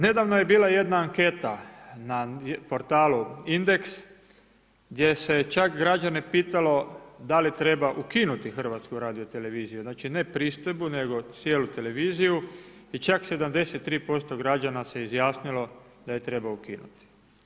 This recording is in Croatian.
Nedavno je bila jedna anketa na portalu Indeks, gdje se čak građane pitalo, da li treba ukinuti HRT, znači ne pristojbu, nego cijelu televiziju i čak 73% građana se izjasnilo da je treba ukinuti.